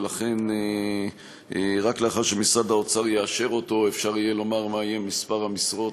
ולכן רק לאחר שמשרד האוצר יאשר זאת אפשר יהיה לומר מה יהיה מספר המשרות.